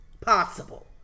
possible